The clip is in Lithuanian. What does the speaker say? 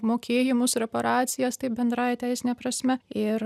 mokėjimus reparacijas taip bendrąja teisine prasme ir